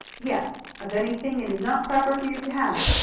yes, of anything it is not proper for you to have.